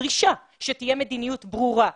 דרישה שתהיה מדיניות ברורה,